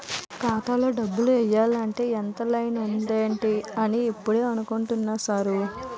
ఖాతాలో డబ్బులు ఎయ్యాలంటే ఇంత లైను ఉందేటి అని ఇప్పుడే అనుకుంటున్నా సారు